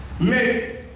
Make